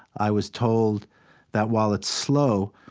i was told that while it's slow,